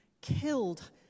killed